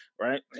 right